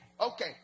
Okay